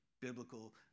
biblical